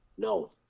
no